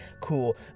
cool